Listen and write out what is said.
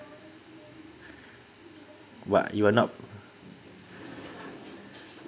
but you are not